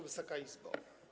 Wysoka Izbo!